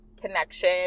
connection